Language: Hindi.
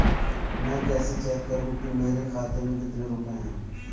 मैं कैसे चेक करूं कि मेरे खाते में कितने रुपए हैं?